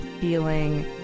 feeling